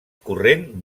corrent